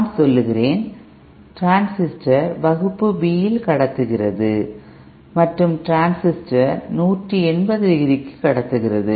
நான் சொல்லுகிறேன் டிரான்ஸிஸ்டர் வகுப்பு B இல் கடத்துகிறது மற்றும் டிரான்சிஸ்டர் 180 டிகிரிக்கு கடத்துகிறது